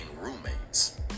roommates